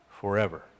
forever